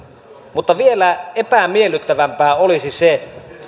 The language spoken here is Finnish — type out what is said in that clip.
mutta vielä epämiellyttävämpää olisi se